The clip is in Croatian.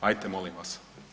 Hajte molim vas!